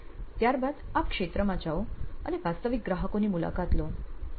ત્યાર બાદ આપ ક્ષેત્રમાં જાઓ અને વાસ્તવિક ગ્રાહકોની મુલાકાત લો